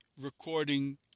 recording